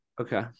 Okay